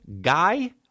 guy